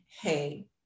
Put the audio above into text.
hey